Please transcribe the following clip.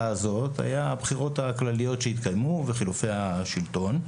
הזו היה הבחירות הכלליות שהתקיימו וחילופי השלטון.